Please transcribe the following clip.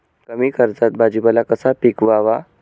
कमी खर्चात भाजीपाला कसा पिकवावा?